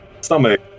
stomach